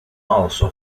also